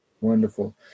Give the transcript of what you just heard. Wonderful